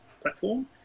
platform